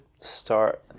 start